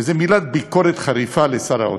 וזאת מילת ביקורת חריפה לשר האוצר.